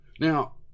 Now